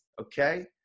okay